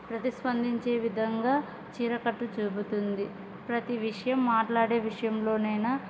ప్రతిస్పందించే విధంగా చీరకట్టు చూపుతుంది ప్రతి విషయం మాట్లాడే విషయంలో అయిన